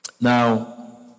now